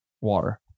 water